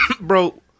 Bro